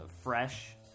fresh